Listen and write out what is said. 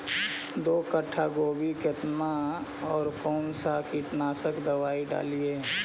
दो कट्ठा गोभी केतना और कौन सा कीटनाशक दवाई डालिए?